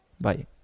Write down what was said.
Bye